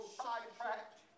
sidetracked